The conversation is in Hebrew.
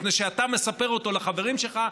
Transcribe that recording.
מפני שאתה מספר אותו לחברים שלך,